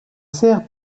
serre